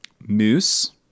moose